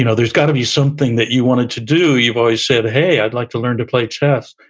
you know there's gotta be something that you wanted to do. you've always said, hey, i'd like to learn to play chess.